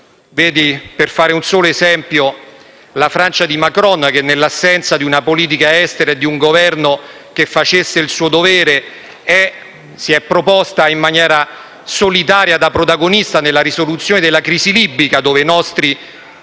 (vedi, per fare un solo esempio, la Francia di Macron, che, nell'assenza di una politica estera e di un Governo che facesse il suo dovere, si è proposta in maniera solitaria da protagonista nella risoluzione della crisi libica, dove i nostri